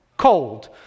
cold